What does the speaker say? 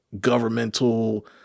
governmental